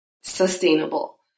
sustainable